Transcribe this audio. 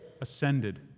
ascended